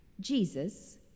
Jesus